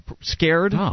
scared